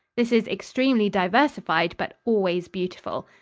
this is extremely diversified but always beautiful.